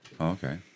Okay